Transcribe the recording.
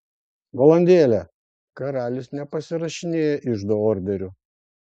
valandėlę karalius nepasirašinėja iždo orderių